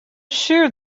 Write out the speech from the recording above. shear